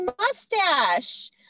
mustache